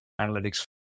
analytics